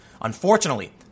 Unfortunately